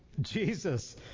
Jesus